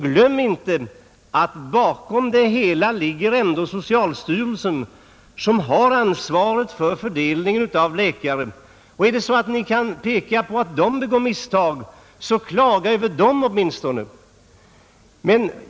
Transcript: Glöm inte att bakom det hela ligger socialstyrelsen, som har ansvaret för fördelningen av läkare. Kan ni peka på att socialstyrelsen begår misstag, så klaga över det åtminstone!